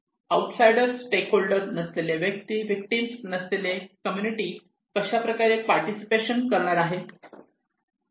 out sider stakeholder नसलेले व्यक्ती victims नसलेले कम्युनिटी कशाप्रकारे पार्टिसिपेशन करणार आहेत